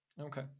Okay